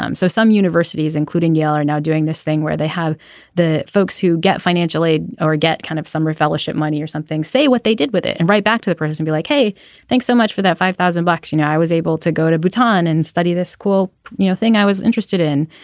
um so some universities including yale are now doing this thing where they have the folks who get financial aid or get kind of some rare fellowship money or something say what they did with it and right back to the burners and be like hey thanks so much for that five thousand bucks. you know i was able to go to bhutan and study this school you know thing i was interested in.